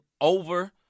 over